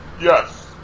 Yes